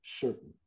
certain